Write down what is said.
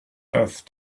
death